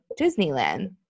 Disneyland